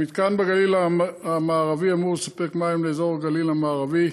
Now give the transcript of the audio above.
המתקן בגליל המערבי אמור לספק מים לאזור הגליל המערבי,